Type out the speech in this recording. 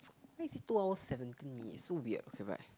ninety two hours seventeen years so weird okay but